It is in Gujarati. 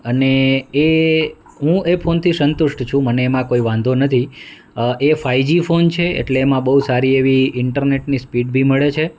અને એ હું એ ફોનથી સંતુષ્ટ છું મને એમાં કોઈ વાંધો નથી એ ફાયજી ફોન છે એટલે એમાં બહુ સારી એવી ઇન્ટરનેટની સ્પીડ બી મળે છે